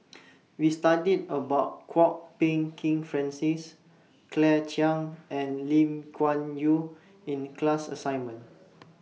We studied about Kwok Peng Kin Francis Claire Chiang and Lim Kuan Yew in class assignment